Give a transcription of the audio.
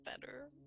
better